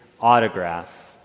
autograph